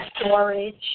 storage